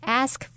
ask